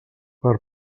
per